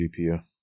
GPU